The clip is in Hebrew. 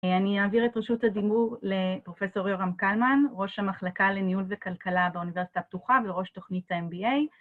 אני אעביר את רשות הדיבור לפרופ' יורם קלמן, ראש המחלקה לניהול וכלכלה באוניברסיטה הפתוחה וראש תוכנית ה-MBA